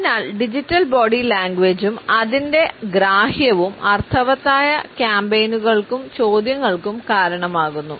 അതിനാൽ digital body ലാംഗ്വേജും അതിന്റെ ഗ്രാഹ്യവും അർത്ഥവത്തായ കാമ്പെയ്നുകൾക്കും ചോദ്യങ്ങൾക്കും കാരണമാകുന്നു